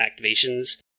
activations